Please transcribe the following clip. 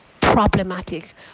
problematic